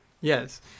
yes